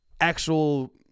actual